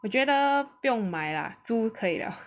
我觉得不用买了租可以了